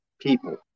people